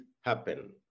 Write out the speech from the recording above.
happen